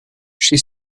she